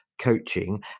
coaching